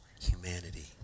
humanity